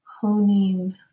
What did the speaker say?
honing